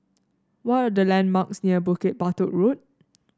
what are the landmarks near Bukit Batok Road